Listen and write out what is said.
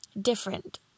different